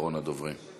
אחרון הדוברים.